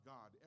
God